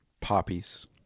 Poppies